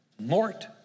Mort